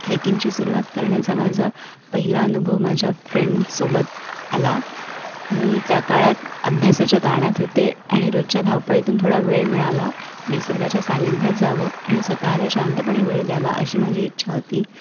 हायकिंगची सुरुवात करण्याचा माझा पहिला अनुभव माझ्या फ्रेंडसोबत आला मी त्या काळात अभ्यासाच्या ताणात होते आणि रोजच्या धावपळीतून थोडा वेळ मिळावा निसर्गाच्या सान्निध्यात जावं आणि स्वतःला शांतपणे वेळ द्यावा अशी माझी इच्छा होती